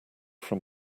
from